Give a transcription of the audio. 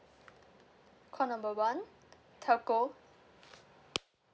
call number one telco